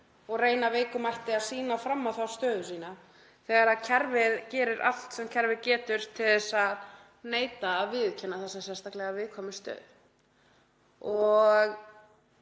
og reyna af veikum mætti að sýna fram á þá stöðu sína þegar kerfið gerir allt sem það getur til að neita að viðurkenna þessa sérstaklega viðkvæmu stöðu. Ég